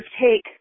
take